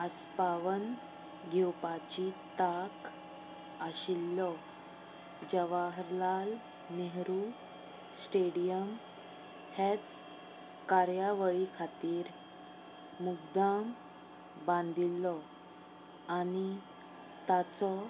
आस्पावन घेवपाची तांक आशिल्लो जवाहरलाल नेहरू स्टेडियम हेच कार्यावळी खातीर मुद्दम बांदिल्लो आनी ताचो